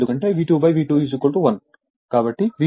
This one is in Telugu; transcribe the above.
కాబట్టి V1 V2 V2 k